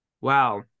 Wow